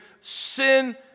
sin